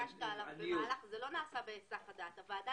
המהלך לא נעשה בהיסח הדעת - הוועדה